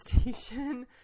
station